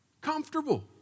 comfortable